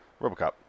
Robocop